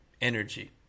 energy